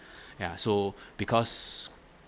ya so because